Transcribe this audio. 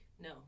no